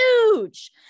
huge